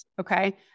Okay